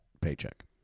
paycheck